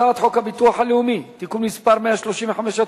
הצעת חוק הביטוח הלאומי (תיקון מס' 135),